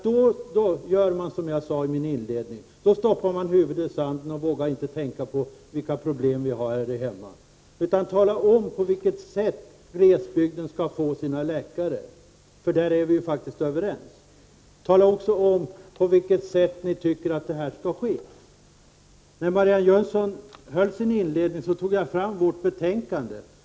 Då gör man som jag sade i mitt inledningsanförande, stoppar huvudet i sanden och vågar inte tänka på vilka problem vi har här hemma. Tala om på vilket sätt glesbygden skall få sina läkare! I den frågan är vi faktiskt överens. Tala också om på vilket sätt ni tycker att det skall ske! När Marianne Jönsson höll sitt inledningsanförande tog jag fram vårt betänkande.